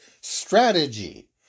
strategy